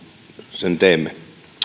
sen teemme